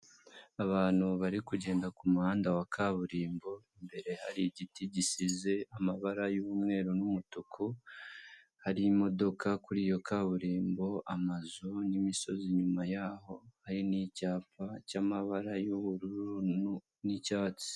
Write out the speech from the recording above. Abantu barimo kugenda ku muhanda wa kaburimbo, imbere hari igiti gisize amabara y'umweru n'umutuku hari imodoka kuri iyo kaburimbo, amazu n'imisozi inyuma yaho, hari n'icyapa cy'amabara y'ubururu n'icyatsi.